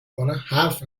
کنه، حرف